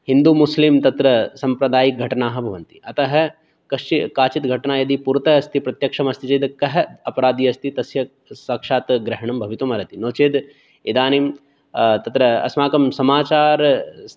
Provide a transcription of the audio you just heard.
हिन्दुमुस्लिम् तत्र सम्प्रदायिकघटनाः भवन्ति अतः कश्चि काचित् घटना यदि पुरतः अस्ति प्रत्यक्षम् अस्ति चेत् अस्ति कः अपराधी अस्ति तस्य साक्षात् ग्रहणं भवितुमर्हति नो चेद् इदानीं तत्र अस्माकं समाचार